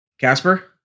Casper